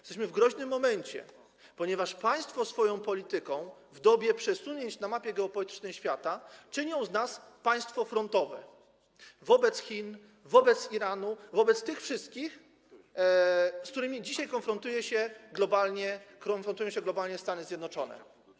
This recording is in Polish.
Jesteśmy w groźnym momencie, ponieważ państwo swoją polityką w dobie przesunięć na mapie geopolitycznej świata czynią z nas państwo frontowe wobec Chin, wobec Iranu, wobec tych wszystkich, z którymi dzisiaj konfrontują się globalnie Stany Zjednoczone.